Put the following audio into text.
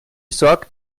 sorgt